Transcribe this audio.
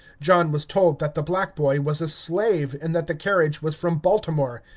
john was told that the black boy was a slave, and that the carriage was from baltimore.